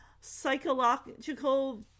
psychological